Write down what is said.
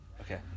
Okay